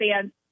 fans